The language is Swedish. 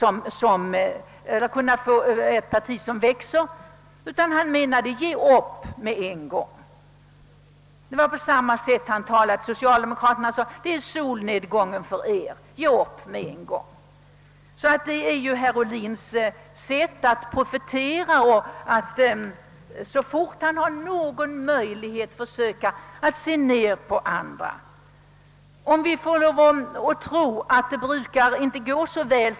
Och herr Ohlin menade att herr Hedlund och hans parti borde ge upp med en gång. På samma sätt har herr Ohlin sagt till socialdemokraterna: Detta är solned gången för er. Ge upp med en gång! Herr Ohlins sätt att profetera om andras undergång så fort han tror sig ha någon möjlighet brukar inte gå väl.